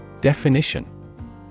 Definition